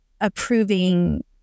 approving